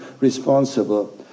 responsible